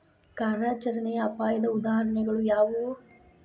ಕಾರ್ಯಾಚರಣೆಯ ಅಪಾಯದ ಉದಾಹರಣೆಗಳು ಯಾವುವು